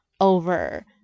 over